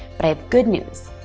but i have good news.